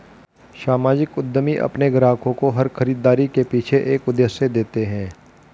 सामाजिक उद्यमी अपने ग्राहकों को हर खरीदारी के पीछे एक उद्देश्य देते हैं